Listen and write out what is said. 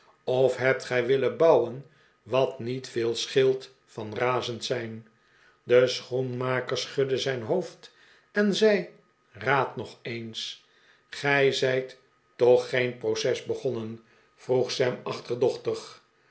of hebt gij willen bouwen wat niet veel scheelt van razend zijn de schoenmaker schudde zijn hoofd en zei raad nog eens gij zijt toch geen proces begonen vroeg sam achterdochtig